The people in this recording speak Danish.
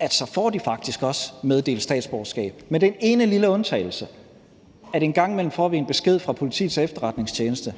at de så faktisk også får meddelt statsborgerskab, med den ene lille undtagelse, at en gang imellem får vi en besked fra Politiets Efterretningstjeneste,